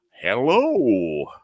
hello